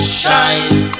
shine